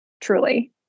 truly